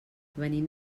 venim